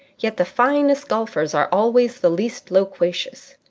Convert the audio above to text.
yet the finest golfers are always the least loquacious.